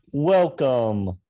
Welcome